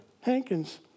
Hankins